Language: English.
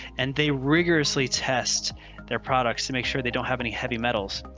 and they rigorously test their products to make sure they don't have any heavy metals.